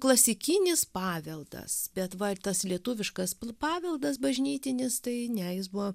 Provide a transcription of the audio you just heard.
klasikinis paveldas bet va tas lietuviškas paveldas bažnytinis tai ne jis buvo